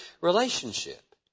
relationship